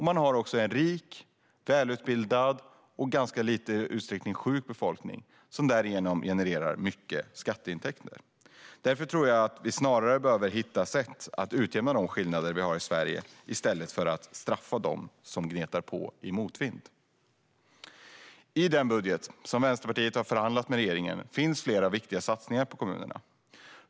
Man har också en rik, välutbildad och i ganska liten utsträckning sjuk befolkning, som därigenom genererar stora skatteintäkter. Vi behöver snarare hitta sätt att utjämna de skillnader som finns i Sverige i stället för att straffa dem som gnetar på i motvind. I den budget som Vänsterpartiet har förhandlat fram med regeringen finns flera viktiga satsningar på kommunerna.